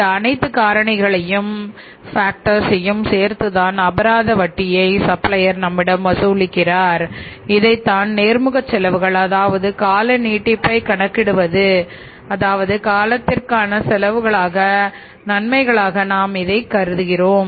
இந்த அனைத்து காரணிளையும் ஃபேக்டர் நம்மிடம் வசூலிக்கிறார் இதைத்தான் நேர்முக செலவுகள் அதாவது கால நீட்டிப்பை கணக்கிடுவது அதாவது காலத்திற்கான செலவுகளாக நன்மைகளாக நாம் இதைக் கருதுகிறோம்